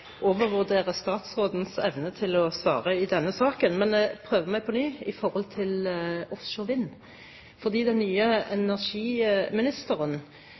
overvurderer statsrådens evne til å svare i denne saken. Men jeg prøver meg på ny i forhold til offshore vind. Den nye energiministeren